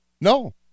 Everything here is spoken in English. No